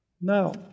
Now